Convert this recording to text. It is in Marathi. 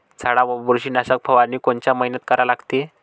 झाडावर बुरशीनाशक फवारनी कोनच्या मइन्यात करा लागते?